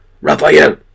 Raphael